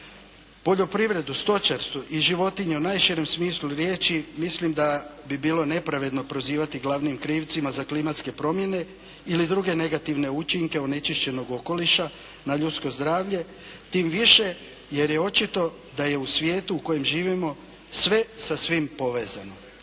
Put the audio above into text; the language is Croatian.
poljoprivredu, stočarstvo i životinje u najširem smislu riječi mislim da bi bilo nepravedno prozivati glavnim krivcima za klimatske promjene ili druge negativne učinke onečišćenog okoliša na ljudsko zdravlje tim više jer je očito da je u svijetu u kojem živimo sve sa svim povezano.